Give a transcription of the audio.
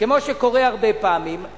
כמו שקורה הרבה פעמים,